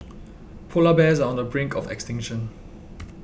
Polar Bears are on the brink of extinction